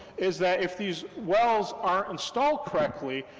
is that if these wells aren't installed correctly,